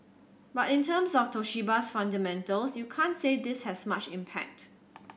but in terms of Toshiba's fundamentals you can't say this has much impact